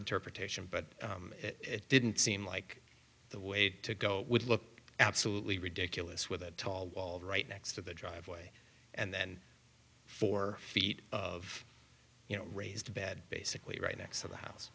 interpretation but it didn't seem like the way to go would look absolutely ridiculous with a tall wall right next to the driveway and then four feet of you know raised bed basically right next to the house